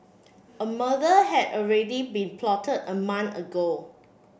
a murder had already been plotted a month ago